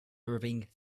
irving